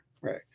Right